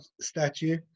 statue